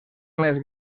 més